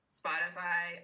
spotify